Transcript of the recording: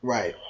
Right